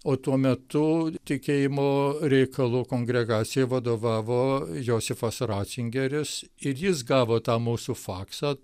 o tuo metu tikėjimo reikalų kongregacijai jai vadovavo josifas ratzingeris ir jis gavo tą mūsų faksą